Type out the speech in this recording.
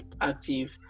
active